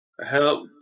help